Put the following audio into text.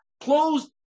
closed